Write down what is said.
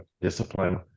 discipline